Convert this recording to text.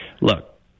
Look